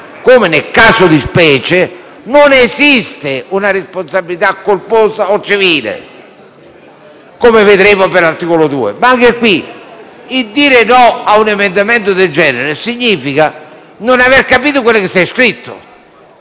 come nel caso di specie, non esiste una responsabilità colposa o civile, come vedremo per l'articolo 2. Essere contrari ad un emendamento del genere significa non aver capito quello che c'è scritto.